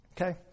Okay